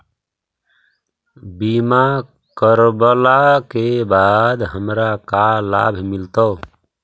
बीमा करवला के बाद हमरा का लाभ मिलतै?